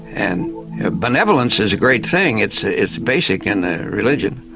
and benevolence is a great thing, it's ah it's basic in religion,